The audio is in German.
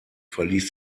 verließ